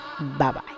Bye-bye